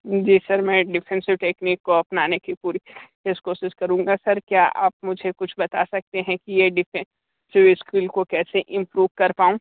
जी sir मैं defensive technique को अपनाने की पूरी कोशिश करूँगा सर क्या आप मुझे कुछ बता सकते हैं कि ये डिफेंसिव स्किल को कैसे इम्प्रूव कर पाऊँ